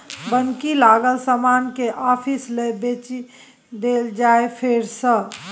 बन्हकी लागल समान केँ आपिस लए बेचि देल जाइ फेर सँ